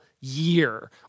year